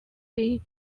been